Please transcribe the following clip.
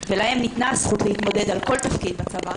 ולהם ניתנה הזכות להתמודד על כל תפקיד בצבא,